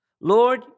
Lord